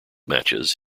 matches